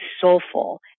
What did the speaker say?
soulful